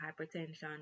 hypertension